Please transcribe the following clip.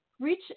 reach